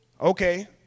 Okay